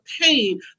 pain